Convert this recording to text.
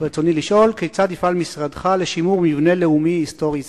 ברצוני לשאול: כיצד יפעל משרדך לשימור מבנה לאומי היסטורי זה?